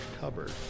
cupboard